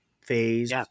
phase